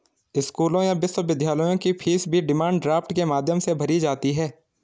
स्कूलों या विश्वविद्यालयों की फीस भी डिमांड ड्राफ्ट के माध्यम से भरी जाती है